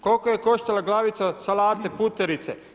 Koliko je koštala glavica salate, puterice?